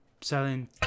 selling